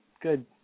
Good